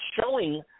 showing